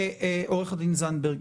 --- עו"ד זנדברג,